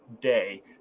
day